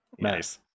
Nice